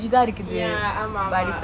ya ஆமா ஆமா:aama aama